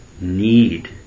need